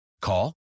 Call